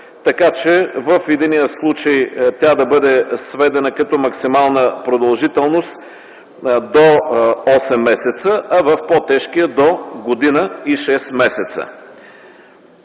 Така че в единия случай тя да бъде сведена като максимална продължителност до 8 месеца, а в тежки – до година и шест месеца.